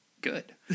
good